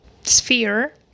sphere